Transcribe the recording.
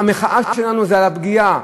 המחאה שלנו היא על הפגיעה